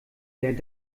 der